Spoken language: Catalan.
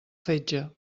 fetge